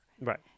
right